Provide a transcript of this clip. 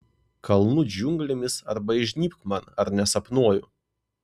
kalnų džiunglėmis arba įžnybk man ar nesapnuoju